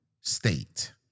state